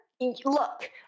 look